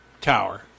Tower